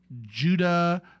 Judah